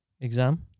exam